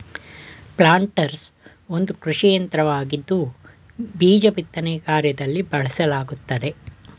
planters ಒಂದು ಕೃಷಿಯಂತ್ರವಾಗಿದ್ದು ಬೀಜ ಬಿತ್ತನೆ ಕಾರ್ಯದಲ್ಲಿ ಬಳಸಲಾಗುತ್ತದೆ